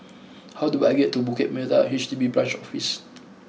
how do I get to Bukit Merah H D B Branch Office